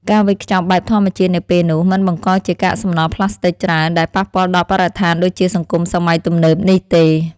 ការវេចខ្ចប់បែបធម្មជាតិនាពេលនោះមិនបង្កជាកាកសំណល់ប្លាស្ទិចច្រើនដែលប៉ះពាល់ដល់បរិស្ថានដូចជាសង្គមសម័យទំនើបនេះទេ។